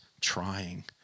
trying